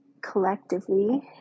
collectively